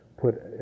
put